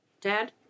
dad